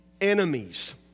enemies